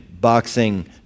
boxing